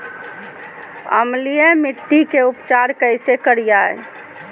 अम्लीय मिट्टी के उपचार कैसे करियाय?